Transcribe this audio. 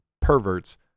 perverts